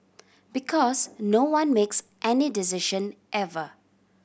because no one makes any decision ever